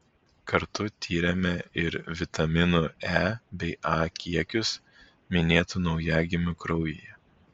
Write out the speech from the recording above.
kartu tyrėme ir vitaminų e bei a kiekius minėtų naujagimių kraujyje